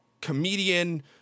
comedian